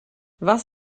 was